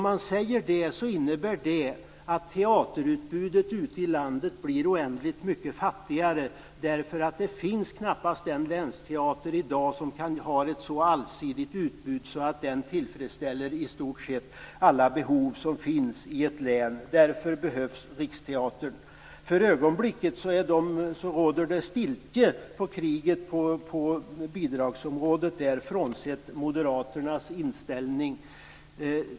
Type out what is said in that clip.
Men det skulle innebära att teaterutbudet ute i landet blev oändligt mycket fattigare, för i dag finns det knappast någon länsteater som har ett så allsidigt utbud att den tillfredsställer i stort sett alla behov som finns i ett län. Därför behövs Riksteatern. För ögonblicket råder det stiltje när det gäller kriget på bidragsområdet, frånsett moderaternas inställning.